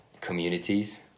communities